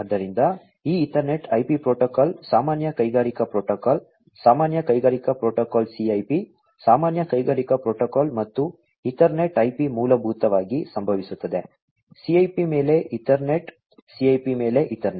ಆದ್ದರಿಂದ ಈ Ethernet IP protocol ಸಾಮಾನ್ಯ ಕೈಗಾರಿಕಾ ಪ್ರೋಟೋಕಾಲ್ ಸಾಮಾನ್ಯ ಕೈಗಾರಿಕಾ ಪ್ರೋಟೋಕಾಲ್ CIP ಸಾಮಾನ್ಯ ಕೈಗಾರಿಕಾ ಪ್ರೋಟೋಕಾಲ್ ಮತ್ತು ಈಥರ್ನೆಟ್ IP ಮೂಲಭೂತವಾಗಿ ಸಂಭವಿಸುತ್ತದೆ CIP ಮೇಲೆ Ethernet CIP ಮೇಲೆ Ethernet